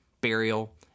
burial